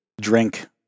drink